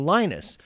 Linus